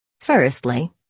Firstly